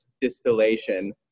distillation